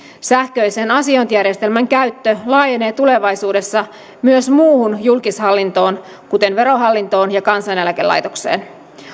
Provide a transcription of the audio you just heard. sähköisen asiointijärjestelmän käyttö laajenee tulevaisuudessa myös muuhun julkishallintoon kuten verohallintoon ja kansaneläkelaitokseen